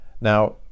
Now